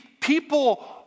people